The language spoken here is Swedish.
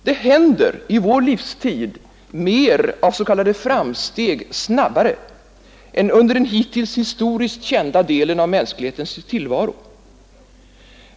Det händer i vår livstid mer av s.k. framsteg snabbare än under den hittills historiskt kända delen av mänsklighetens tillvaro.